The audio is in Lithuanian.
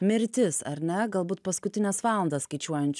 mirtis ar ne galbūt paskutines valandas skaičiuojančiu